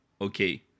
okay